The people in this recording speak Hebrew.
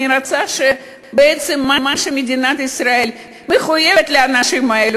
אני רוצה שבעצם מה שמדינת ישראל מחויבת לאנשים האלה,